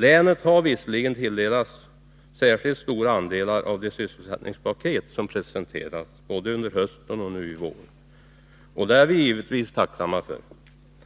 Länet har visserligen tilldelats särskilt stora andelar av de sysselsättningspaket som presenterats, både under hösten och nu i vår, och det är vi givetvis tacksamma för.